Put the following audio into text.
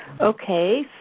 Okay